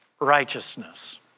righteousness